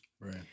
Right